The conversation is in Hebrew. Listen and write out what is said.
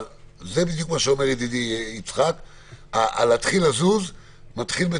אבל זה בדיוק מה שאומר ידידי יצחק, זה זז לאט מדי.